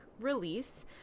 release